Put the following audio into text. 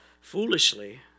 foolishly